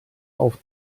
auf